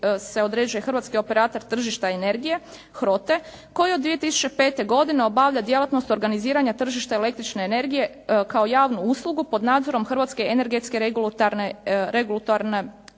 određuje Hrvatski operater tržišta energije HROTE, koji od 2005. godine obavlja djelatnost organiziranja tržišta električne energije kao javnu uslugu pod nadzornom Hrvatske energetske regulatorne